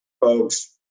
folks